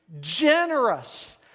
generous